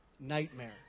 nightmare